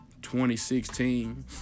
2016